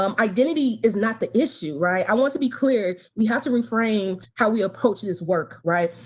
um identity is not the issue, right, i want to be clear we have to reframe how we approach this work, right.